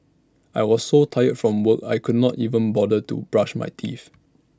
I was so tired from work I could not even bother to brush my teeth